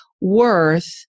worth –